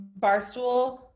Barstool